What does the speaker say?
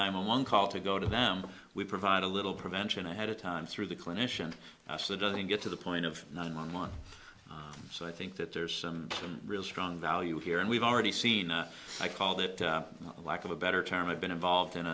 nine one one call to go to them we provide a little prevention ahead of time through the clinician that doesn't get to the point of nine one one so i think that there's a real strong value here and we've already seen a i call that a lack of a better term i've been involved in